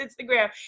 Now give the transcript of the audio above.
instagram